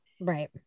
right